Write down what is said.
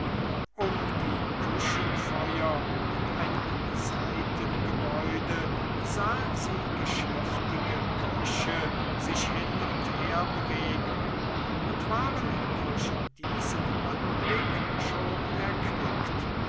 um die küchenfeuer in einem seitengebäude sahen sie geschäftige köche sich hin und her bewegen und waren durch diesen anblick schon erquickt